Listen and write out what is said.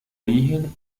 origen